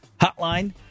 Hotline